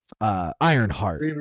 Ironheart